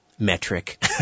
metric